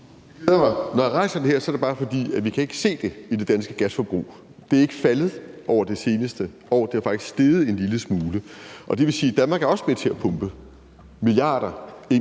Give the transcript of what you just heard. Når jeg rejser det her, er det bare, fordi vi ikke kan se det i det danske gasforbrug. Det er ikke faldet over det seneste år; det er faktisk steget en lille smule. Det vil sige, at Danmark også er med til at pumpe milliarder ind